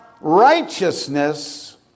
righteousness